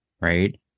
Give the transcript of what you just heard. right